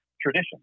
tradition